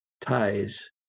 ties